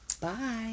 Bye